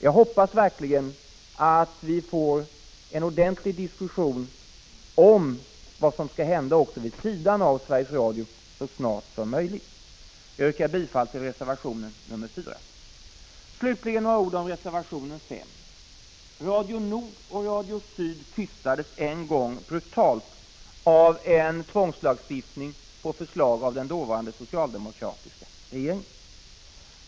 Jag hoppas verkligen att vi får en ordentlig diskussion så snart som möjligt om vad som skall hända vid sidan av Sveriges Radio. Jag yrkar bifall till reservation 4. Slutligen några ord om reservation 5. Radio Nord och Radio Syd tystades en gång brutalt av en tvångslagstiftning på förslag av den dåvarande socialdemokratiska regeringen.